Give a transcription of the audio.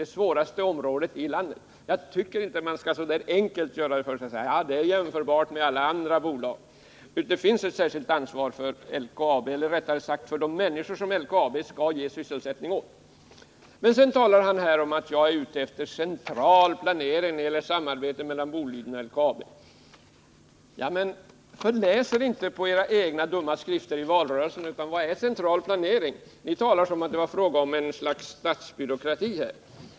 Det är det område i landet där det är svårast. Jag tycker inte att man skall göra det så enkelt för sig som att säga att LKAB är jämförbart med alla andra bolag. Det finns ett särskilt ansvar för de människor som LKAB skall ge sysselsättning åt. Sedan talar Karl Björzén om att jag är ute efter central planering när det gäller samarbete mellan Boliden och LKAB. Då vill jag säga att ni inte skall förläsa er på era egna dumma skrifter från valrörelsen. Vad är central planering? Ni talar om det som om det vore något slags statsbyråkrati.